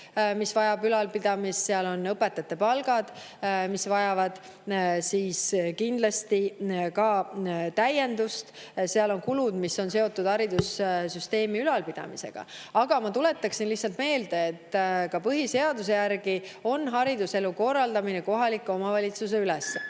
mis vajab ülalpidamist, seal on õpetajate palgad, mis vajavad kindlasti täiendust, seal on kulud, mis on seotud haridussüsteemi ülalpidamisega. Aga ma tuletan lihtsalt meelde, et põhiseaduse järgi on hariduselu korraldamine kohaliku omavalitsuse ülesanne.